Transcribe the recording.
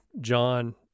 John